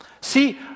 See